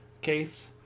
case